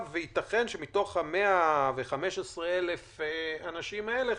וייתכן שמתוך כ-115,000 האנשים האלה,